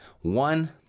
one